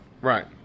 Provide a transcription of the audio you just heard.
Right